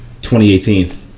2018